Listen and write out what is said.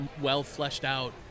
well-fleshed-out